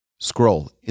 Scroll